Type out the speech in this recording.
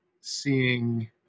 seeing